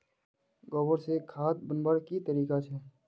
गोबर से खाद बनवार की तरीका छे?